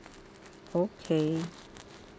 okay